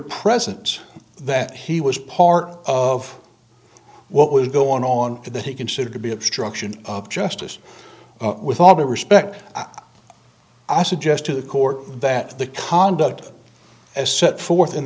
presence that he was part of what was going on that he considered to be obstruction of justice with all due respect i suggest to the court that the conduct as set forth in